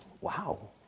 Wow